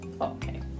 Okay